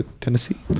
Tennessee